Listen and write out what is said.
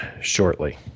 shortly